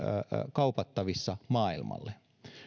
kaupattavissa maailmalle